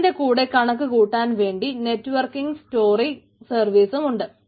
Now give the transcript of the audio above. അതിന്റെ കൂടെ കണക്കുകൂട്ടാൻ വേണ്ടി നെറ്റ്വർക്കിങ്ങ് സ്റ്റോറിങ്ങ് സർവീസുമുണ്ട്